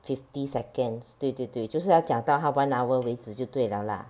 fifty seconds 对对对就是要讲到他 one hour 为止就对 liao lah